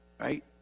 right